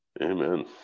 Amen